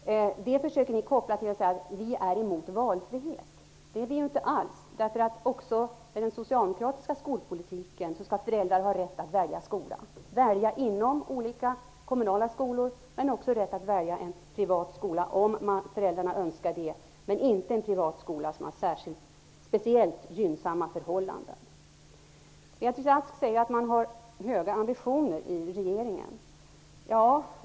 Ni försöker göra den kopplingen att vi skulle vara emot valfrihet, men det är vi inte alls. Också i den socialdemokratiska skolpolitiken ingår att föräldrar skall ha rätt att välja skola, bland olika kommunala skolor eller även privata skolor, om föräldrarna önskar det. Men det valet skall inte grundas på att en sådan skola har särskilt gynnsamma förhållanden. Beatrice Ask säger att man inom regeringen har höga ambitioner.